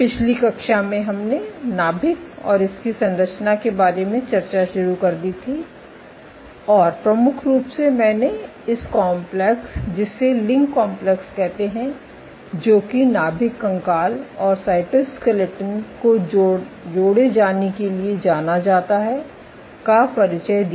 पिछली कक्षा में हमने नाभिक और इसकी संरचना के बारे में चर्चा शुरू कर दी थी और प्रमुख रूप से मैंने इस कॉम्प्लेक्स जिसे लिंक कॉम्प्लेक्स कहते हैं जो कि नाभिक कंकाल और साइटोस्केलेटन को जोड़े जाने के लिए जाना जाता है का परिचय दिया